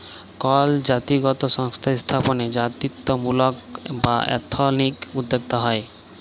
call জাতিগত সংস্থা স্থাপনে জাতিত্বমূলক বা এথনিক উদ্যক্তা হ্যয়